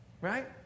right